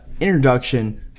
introduction